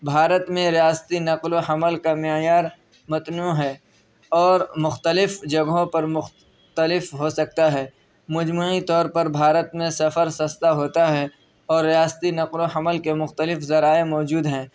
بھارت میں ریاستی نقل و حمل کا معیار متنوع ہے اور مختلف جگہوں پر مختلف ہو سکتا ہے مجموعی طور پر بھارت میں سفر سستا ہوتا ہے اور ریاستی نقل و حمل کے مختلف ذرائع موجود ہیں